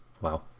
Wow